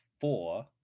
four